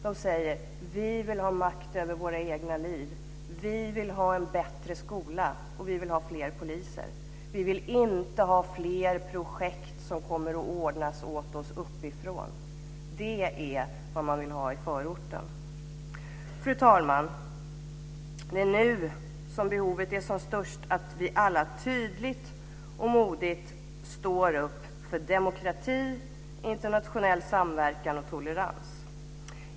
De säger: Vi vill ha makt över våra egna liv. Vi vill ha en bättre skola, och vi vill ha fler poliser. Vi vill inte ha fler projekt som kommer att ordnas åt oss uppifrån. Det är vad man vill ha i förorten. Fru talman! Det är nu som behovet är som störst att vi alla tydligt och modigt står upp för demokrati, internationell samverkan och tolerans.